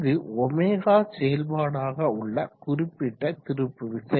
இது ω செயல்பாடாக உள்ள குறிப்பிட்ட திருப்பு விசை